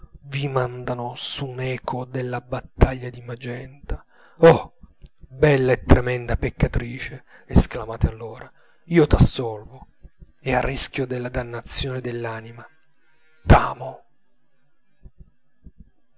vi mandavano su un eco della battaglia di magenta oh bella e tremenda peccatrice esclamate allora io t'assolvo e a rischio della dannazione dell'anima t'amo